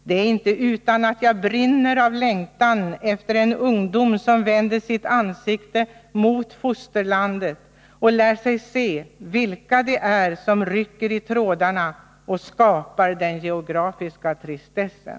Det är inte utan att jag brinner av längtan efter en ungdom som vänder sitt ansikte och lär sig se vilka det är som rycker i trådarna och skapar den geografiska tristessen.